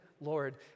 Lord